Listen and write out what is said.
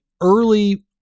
early